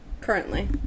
currently